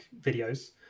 videos